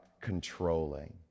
controlling